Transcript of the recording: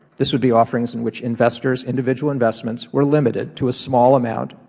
this would be offerings in which investors, individual investments were limited to a small amount,